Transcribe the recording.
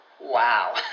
Wow